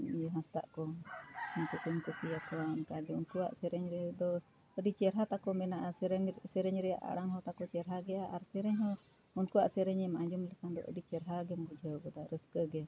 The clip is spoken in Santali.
ᱤᱭᱟᱹ ᱦᱟᱸᱥᱫᱟᱜ ᱠᱚ ᱩᱱᱠᱩ ᱠᱚᱧ ᱠᱩᱥᱤᱭᱟᱠᱚᱣᱟ ᱚᱱᱠᱟᱜᱮ ᱩᱱᱠᱩᱣᱟᱜ ᱥᱮᱨᱮᱧ ᱨᱮᱫᱚ ᱟᱹᱰᱤ ᱪᱮᱨᱦᱟ ᱛᱟᱠᱚ ᱢᱮᱱᱟᱜᱼᱟ ᱥᱮᱨᱮᱧ ᱥᱮᱨᱮᱧ ᱨᱮᱭᱟᱜ ᱟᱲᱟᱝ ᱦᱚᱸ ᱛᱟᱠᱚ ᱪᱮᱨᱦᱟ ᱜᱮᱭᱟ ᱟᱨ ᱥᱮᱨᱮᱧ ᱦᱚᱸ ᱩᱱᱠᱩᱣᱟᱜ ᱥᱮᱨᱮᱧᱮᱢ ᱟᱸᱡᱚᱢ ᱞᱮᱠᱷᱟᱱ ᱫᱚ ᱟᱹᱰᱤ ᱪᱮᱨᱦᱟ ᱜᱮᱢ ᱵᱩᱡᱷᱟᱹᱣ ᱠᱟᱫᱟ ᱨᱟᱹᱥᱠᱟᱹ ᱜᱮ